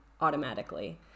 automatically